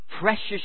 precious